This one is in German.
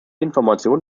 informationen